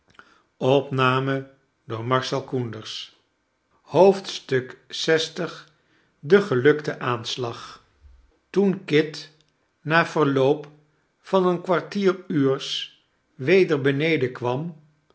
lx de gelukte aanslag toen kit na verloop van een kwartieruurs weder beneden kwam